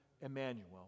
Emmanuel